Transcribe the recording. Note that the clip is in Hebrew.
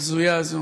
הבזויה הזאת,